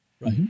right